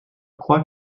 crois